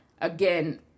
again